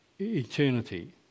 eternity